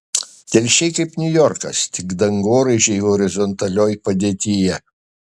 telšiai kaip niujorkas tik dangoraižiai horizontalioj padėtyje